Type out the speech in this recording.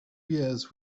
years